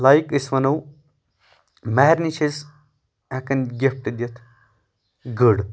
like أسۍ وَنو مہرنہِ چھِ أسۍ ہؠکَان گفٹہٕ دِتھ گٔر